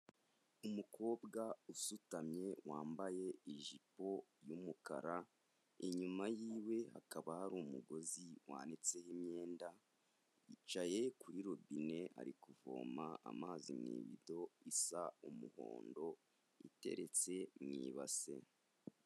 Umukobwa usutamye wambaye ijipo y'umukara, inyuma yiiwe hakaba hari umugozi wanitseho imyenda, yicaye kuri robine, ari kuvoma amazi n'ibido isa umuhondo iteretse mwibase.